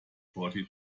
forty